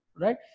Right